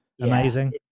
amazing